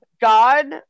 God